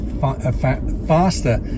faster